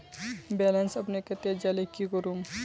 Balance अपने कते जाले की करूम?